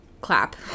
clap